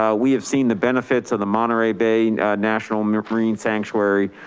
um we have seen the benefits of the monterey bay and national marine sanctuary.